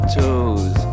toes